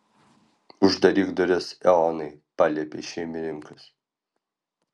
uždaryk duris eonai paliepė šeimininkas